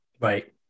Right